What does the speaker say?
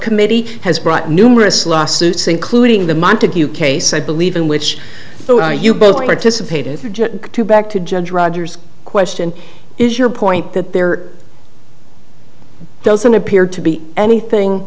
committee has brought numerous lawsuits including the montague case i believe in which you both participated to back to judge rogers question is your point that there doesn't appear to be anything